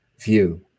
view